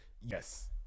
Yes